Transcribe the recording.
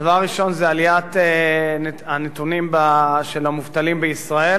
הדבר הראשון זה עליית הנתונים של המובטלים בישראל,